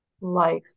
life